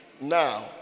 Now